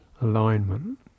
alignment